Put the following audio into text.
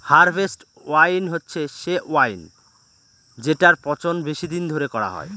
harvest wine হচ্ছে সে wine যেটার পচন বেশি দিন ধরে করা হয়